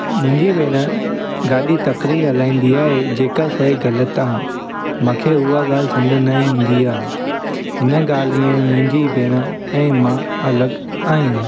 मुंहिंजी भेण गाॾी तकिड़ी हलाईंदी आहे जेका शइ ग़लति आहे मांखे उहा ॻाल्हि समुझ न ईंदी आहे हिन ॻाल्हि में मुंहिंजी भेण ऐं मां अलॻि आहियूं